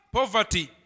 poverty